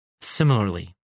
Similarly